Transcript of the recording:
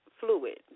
Fluid